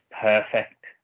perfect